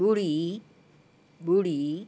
ॿुड़ी ॿुड़ी